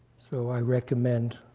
so i recommend.